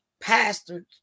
Pastors